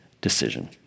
decision